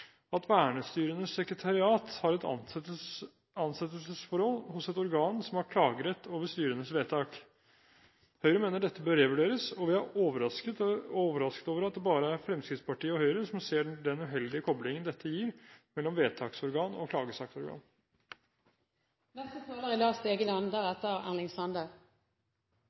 at vernestyrenes sekretariat har et ansettelsesforhold hos et organ som har klagerett over styrenes vedtak. Høyre mener dette bør revurderes, og vi er overrasket over at det bare er Fremskrittspartiet og Høyre som ser den uheldige koblingen mellom vedtaksorgan og klagesaksorgan dette gir.